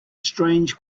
strange